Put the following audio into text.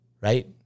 right